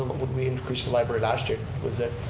what we increased the library last year.